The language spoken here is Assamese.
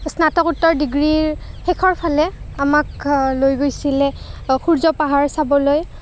স্নাতকোত্তৰ ডিগ্ৰীৰ শেষৰ ফালে আমাক লৈ গৈছিলে সূৰ্য পাহাৰ চাবলৈ